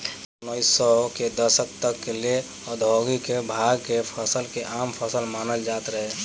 सन उनऽइस सौ के दशक तक ले औधोगिक भांग के फसल के आम फसल मानल जात रहे